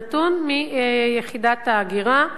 נתון מיחידת ההגירה,